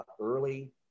early